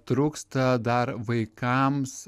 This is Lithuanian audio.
trūksta dar vaikams